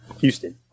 Houston